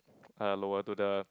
uh lower to the